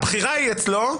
הבחירה היא אצלו,